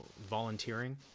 volunteering